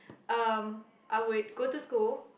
um I would go to school